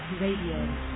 Radio